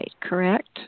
correct